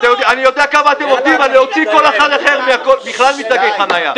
אני יודע כמה אתם עובדים על להוציא כל אחד אחר בכלל מתגי חניה.